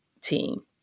team